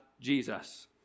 Jesus